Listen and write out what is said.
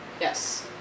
Yes